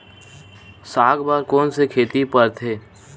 साग बर कोन से खेती परथे?